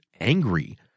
angry